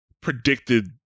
predicted